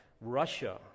Russia